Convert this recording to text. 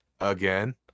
Again